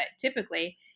typically